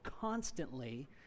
constantly